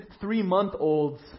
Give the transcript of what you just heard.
three-month-olds